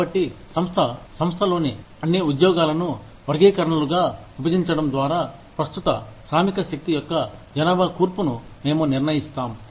కాబట్టి సంస్థ సంస్థలోని అన్ని ఉద్యోగాలను వర్గీకరణలుగా విభజించడం ద్వారా ప్రస్తుత శ్రామిక శక్తి యొక్క జనాభా కూర్పును మేము నిర్ణయిస్తాం